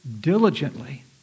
diligently